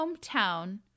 hometown